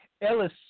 Ellis